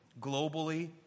globally